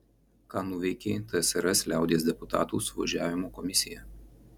ką nuveikė tsrs liaudies deputatų suvažiavimo komisija